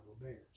Bears